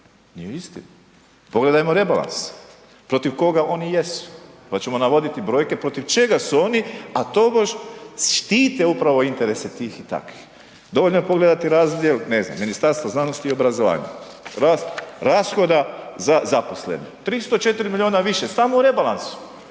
Nije istina, pogledajmo rebalans protiv koga oni jesu pa ćemo navoditi brojke protiv čega su oni, a tobože štite upravo interese tih i takvih. Dovoljno je pogledati razdjel, ne znam Ministarstva znanosti i obrazovanja, rashoda za zaposlene 304 milijuna više samo u rebalansu,